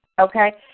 Okay